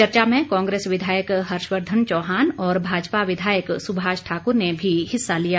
चर्चा में कांग्रेस विधायक हर्षवर्धन चौहान और भाजपा विधायक सुभाष ठाकुर ने भी हिस्सा लिया